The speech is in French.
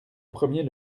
premier